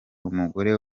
umugore